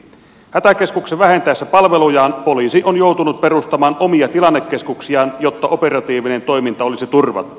hätäkeskuksen vähentäessä palvelujaan poliisi on joutunut perustamaan omia tilannekeskuksiaan jotta operatiivinen toiminta olisi turvattu